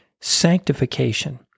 sanctification